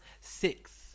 six